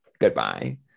Goodbye